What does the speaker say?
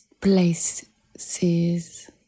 places